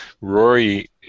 Rory